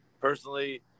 Personally